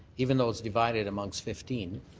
even though it's divided amongst fifteen.